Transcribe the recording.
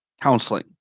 counseling